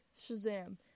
Shazam